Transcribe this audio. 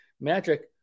Magic